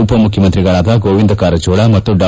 ಉಪಮುಖ್ಯಮಂತ್ರಿಗಳಾದ ಗೋವಿಂದ ಕಾರಜೋಳ ಮತ್ತು ಡಾ